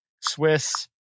Swiss